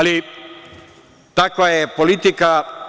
Takva je politika.